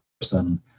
person